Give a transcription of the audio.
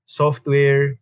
software